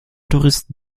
touristen